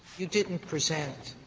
you didn't present